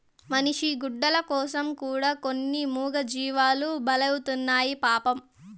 మనిషి గుడ్డల కోసం కూడా కొన్ని మూగజీవాలు బలైతున్నాయి పాపం